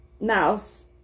mouse